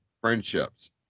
friendships